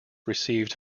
received